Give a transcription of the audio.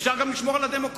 אפשר גם לשמור על הדמוקרטיה,